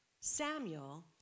Samuel